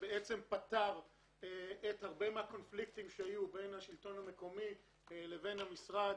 הוא פתר הרבה מהקונפליקטים שהיו בין השלטון המקומי למשרד,